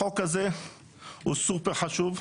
החוק הזה הוא סופר חשוב,